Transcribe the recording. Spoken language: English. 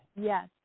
Yes